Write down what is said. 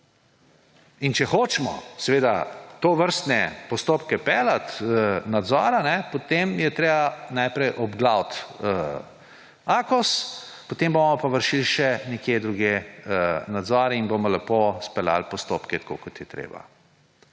In če hočemo seveda tovrstne postopke nadzora peljati, potem je treba najprej obglaviti Akos, potem bomo pa vršili še nekje drugje nadzor in bomo lepo izpeljali postopke tako, kot je treba.